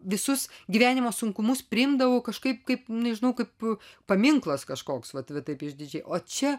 visus gyvenimo sunkumus priimdavau kažkaip kaip nežinau kaip paminklas kažkoks vat taip išdidžiai o čia